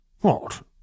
What